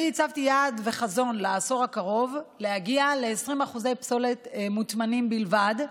אני הצבתי יעד וחזון לעשור הקרוב להגיע ל-20% פסולת מוטמנים בלבד,